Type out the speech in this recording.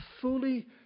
fully